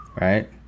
right